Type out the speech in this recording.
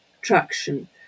traction